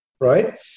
right